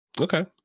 Okay